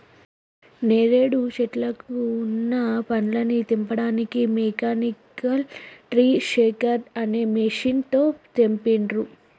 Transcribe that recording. నేరేడు శెట్లకు వున్న పండ్లని తెంపడానికి మెకానికల్ ట్రీ షేకర్ అనే మెషిన్ తో తెంపిండ్రు